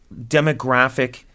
demographic